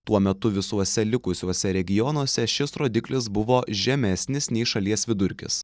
tuo metu visuose likusiuose regionuose šis rodiklis buvo žemesnis nei šalies vidurkis